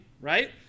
right